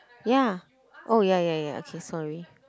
ya oh ya ya ya okay sorry